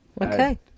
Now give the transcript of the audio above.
okay